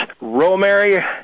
Rosemary